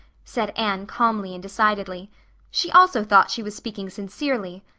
said anne calmly and decidedly she also thought she was speaking sincerely.